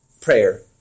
prayer